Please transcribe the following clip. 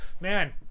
Man